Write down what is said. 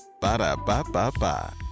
Ba-da-ba-ba-ba